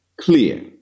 Clear